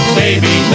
baby